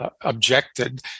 objected